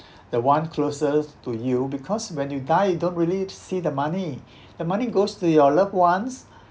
the one closest to you because when you die you don't really see the money the money goes to your loved ones